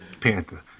Panther